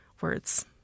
words